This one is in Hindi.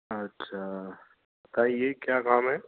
अच्छा बताइए क्या काम है